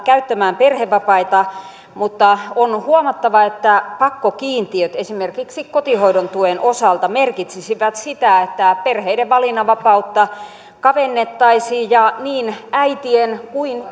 käyttämään perhevapaita mutta on huomattava että pakkokiintiöt esimerkiksi kotihoidon tuen osalta merkitsisivät sitä että perheiden valinnanvapautta kavennettaisiin ja niin äitien kuin